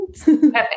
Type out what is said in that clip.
Perfect